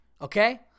okay